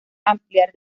ampliar